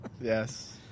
yes